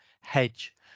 hedge